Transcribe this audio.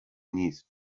نیست